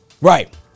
Right